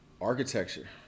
architecture